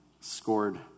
Scored